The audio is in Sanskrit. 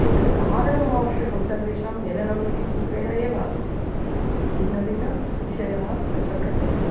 एकं कारणमावश्यकं सर्वेषां मेलनमितिरूपेण एव भिन्न भिन्न विषयाः तत्र प्रचलन्ति